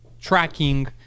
tracking